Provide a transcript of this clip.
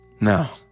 Now